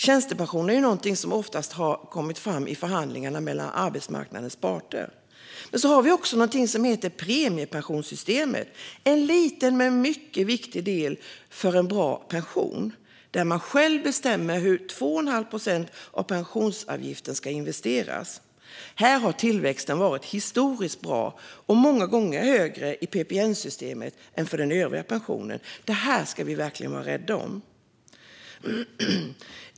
Tjänstepensionen har oftast kommit fram i förhandlingarna mellan arbetsmarknadens parter. Vi har också något som heter premiepensionssystemet, en liten men mycket viktig del för en bra pension, där man själv bestämmer hur 2 1⁄2 procent av pensionsavgiften ska investeras. Här har tillväxten varit historiskt bra och många gånger högre i PPM-systemet än för den övriga pensionen. Detta ska vi verkligen vara rädda om.